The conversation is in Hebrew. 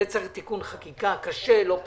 זה צריך תיקון חקיקה קשה ולא פשוט.